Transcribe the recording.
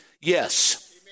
yes